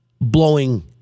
blowing